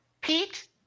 Pete